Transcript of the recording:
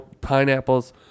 pineapples